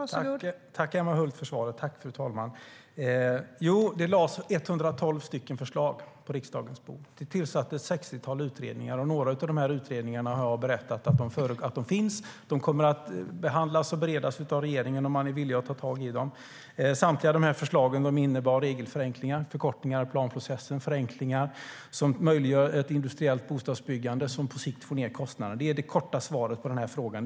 Fru talman! Tack, Emma Hult, för svaret! Det lades 112 förslag på riksdagens bord. Det tillsattes ett sextiotal utredningar, och några av dem har man berättat att de finns. De kommer att behandlas och beredas av regeringen om man är villig att ta tag i dem. Samtliga förslag innebar regelförenklingar, förkortningar i planprocessen och förenklingar som möjliggör ett industriellt bostadsbyggande som på sikt får ned kostnaden. Det är det korta svaret på frågan.